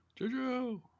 JoJo